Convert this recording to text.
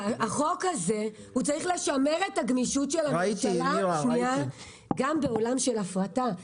שהחוק הזה צריך לשמר את הגמישות של הממשלה גם בעולם של הפרטה,